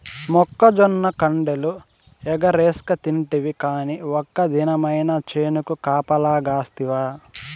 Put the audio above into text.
మొక్కజొన్న కండెలు ఎగరేస్కతింటివి కానీ ఒక్క దినమైన చేనుకు కాపలగాస్తివా